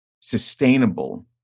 sustainable